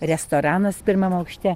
restoranas pirmam aukšte